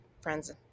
friends